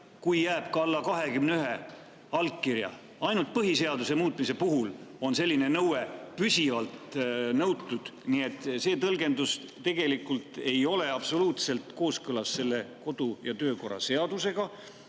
kui jääb ka alla 21 allkirja. Ainult põhiseaduse muutmise puhul on selline püsiv nõue kirjas. Nii et see tõlgendus tegelikult ei ole absoluutselt kooskõlas kodu‑ ja töökorra seadusega.